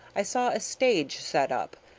i saw a stage set up,